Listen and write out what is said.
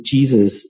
Jesus